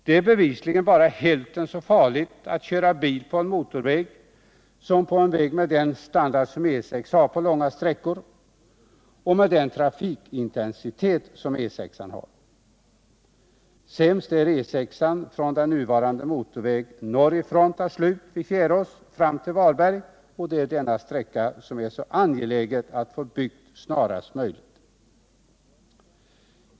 Det är bevisligen bara hälften så farligt att köra bil på en motorväg som på en väg med den standard som E 6 har på långa sträckor och med den trafikintensitet som är för handen på E 6. Sämst är E 6 från den plats där nuvarande motorväg norrifrån tar slut vid Fjärås fram till Varberg. Denna sträcka är det angeläget att få ombyggd snarast möjligt.